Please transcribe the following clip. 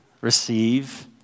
receive